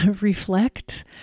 reflect